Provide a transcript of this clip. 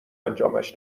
انجامش